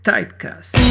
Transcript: Typecast